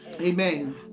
amen